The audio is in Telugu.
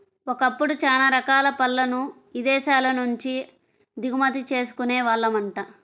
ఒకప్పుడు చానా రకాల పళ్ళను ఇదేశాల నుంచే దిగుమతి చేసుకునే వాళ్ళమంట